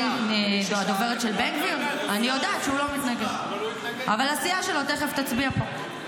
בן גביר לא מתנגד, הכול בסדר.